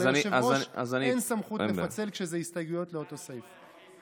אבל ליושב-ראש אין סמכות לפצל כשזה הסתייגויות לאותו סעיף.